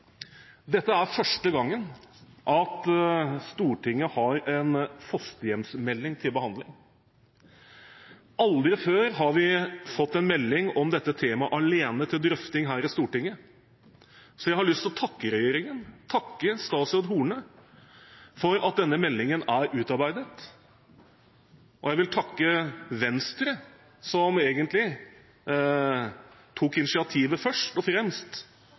Dette er første gang Stortinget har en fosterhjemsmelding til behandling. Aldri før har vi fått en melding om dette temaet alene til drøfting her i Stortinget. Så jeg har lyst til å takke regjeringen, takke statsråd Horne, for at denne meldingen er utarbeidet. Jeg vil også takke Venstre, som egentlig var de som først og fremst